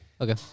Okay